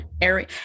area